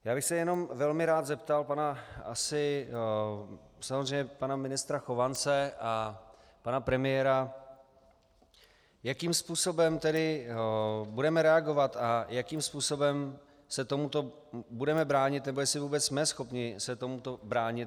Já bych se jenom velmi rád zeptal asi pana ministra Chovance a pana premiéra, jakým způsobem tedy budeme reagovat a jakým způsobem se tomuto budeme bránit, nebo jestli vůbec jsme schopni se tomuto bránit.